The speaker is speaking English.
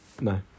No